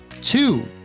Two